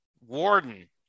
Warden